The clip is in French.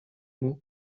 mots